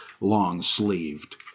long-sleeved